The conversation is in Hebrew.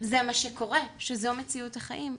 זה מה שקורה, שזו מציאות החיים.